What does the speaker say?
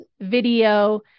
video